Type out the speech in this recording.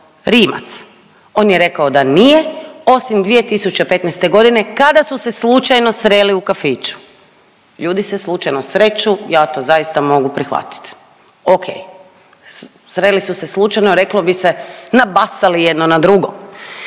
Rimac? On je rekao da nije, osim 2015. godine kada su se slučajno sreli u kafiću. Ljudi se slučajno sreću, ja to zaista mogu prihvatiti, o.k. Sreli su se slučajno, reklo bi se nabasali jedno na drugo.